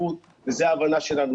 וזה ההבנה שלנו,